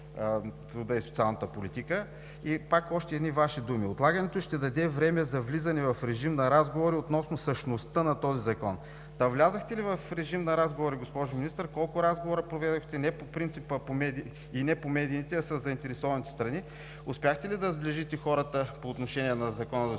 и социалната политика. И пак още едни Ваши думи: отлагането ще даде време за влизане в режим на разговори относно същността на този закон. Та влязохте ли в режим на разговори, госпожо Министър, колко разговора проведохте, не по принцип и не по медиите, а със заинтересованите страни? Успяхте ли да сближите хората по отношение на Закона за